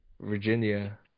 Virginia